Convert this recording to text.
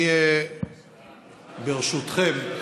ברשותכם,